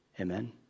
Amen